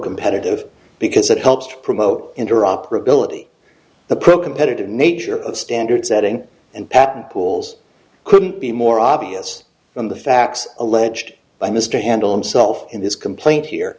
competitive because it helps to promote interoperability the pro competitive nature of standard setting and patent pools couldn't be more obvious than the facts alleged by mr handle himself in this complaint here